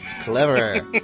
Clever